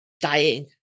dying